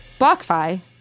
BlockFi